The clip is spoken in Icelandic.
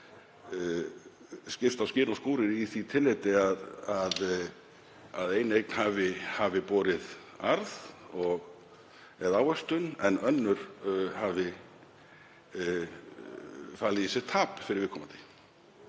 skipst á skin og skúrir í því tilliti að ein eign hafi borið arð eða ávöxtun en önnur hafi falið í sér tap fyrir viðkomandi.